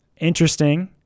Interesting